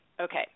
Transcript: Okay